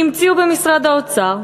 שהמציאו במשרד האוצר,